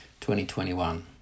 2021